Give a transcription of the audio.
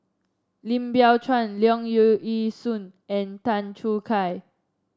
Lim Biow Chuan Leong Yee Soo and Tan Choo Kai